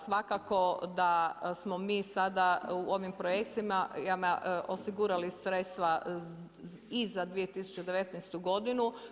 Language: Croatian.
Svakako da smo mi sada u ovim projekcijama osigurali sredstva i za 2019. godinu.